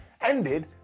ended